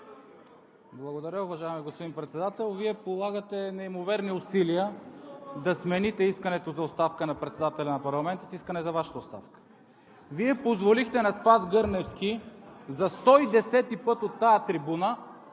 Благодаря, уважаеми господин Председател. Вие полагате неимоверни усилия да смените искането за оставка на председателя на парламента с искане за Вашата оставка. Вие позволихте на Спас Гърневски за 110-и път от тази трибуна